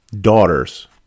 daughters